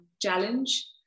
challenge